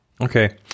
Okay